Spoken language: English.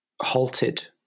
halted